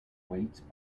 waits